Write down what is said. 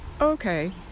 okay